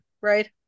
right